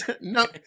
No